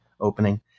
opening